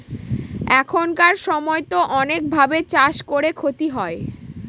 এখানকার সময়তো অনেক ভাবে চাষ করে ক্ষতি হয়